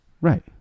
Right